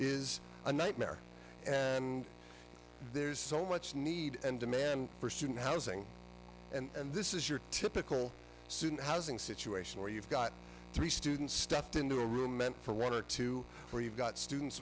is a nightmare and there's so much need and demand for student housing and this is your typical student housing situation where you've got three students stuffed into a room meant for one or two or you've got students